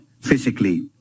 physically